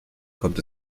kommt